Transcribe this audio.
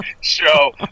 Show